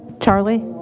Charlie